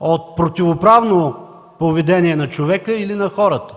от противоправно поведение на човека или на хората.